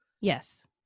Yes